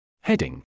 Heading